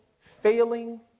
failing